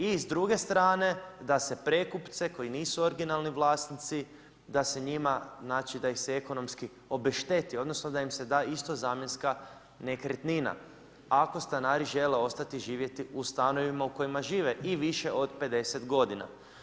I s druge strane, da se prekupce koji nisu originalni vlasnici da ih se ekonomski obešteti odnosno da im se da isto zamjenska nekretnina, ako stanari žele ostati živjeti u stanovima u kojima žive i više od 50 godina.